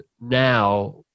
now